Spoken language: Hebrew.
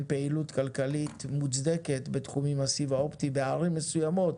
פעילות כלכלית מוצדקת בתחום הסיב האופטי הערים מסויימות,